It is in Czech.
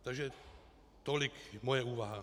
Takže tolik moje úvaha.